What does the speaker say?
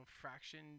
fraction